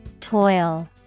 Toil